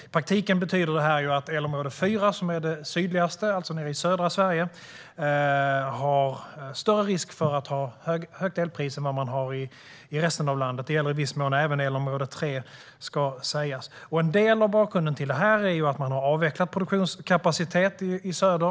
I praktiken betyder det att det i elområde 4, som är det sydligaste området, är större risk för högt elpris än vad det är i resten av landet, och det gäller i viss mån även elområde 3. En del av bakgrunden till detta är att man har avvecklat produktionskapacitet i söder.